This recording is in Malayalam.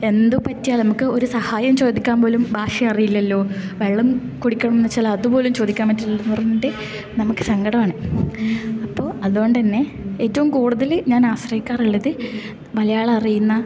എന്തു പറ്റിയാൽ നമുക്ക് ഒരു സഹായം ചോദിക്കാൻ പോലും ഭാഷയറിയില്ലല്ലോ വെള്ളം കുടിക്കണോന്ന് വച്ചാൽ അതുപോലും ചോദിക്കാൻ പറ്റില്ലന്ന് പറഞ്ഞിട്ട് നമുക്ക് സങ്കടമാണ് അപ്പോൾ അതുകൊണ്ട് തന്നെ ഏറ്റവും കൂടുതല് ഞാൻ ആശ്രയിക്കാറുള്ളത് മലയാളം അറിയുന്ന